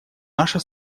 наша